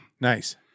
Nice